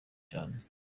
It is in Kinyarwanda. cyane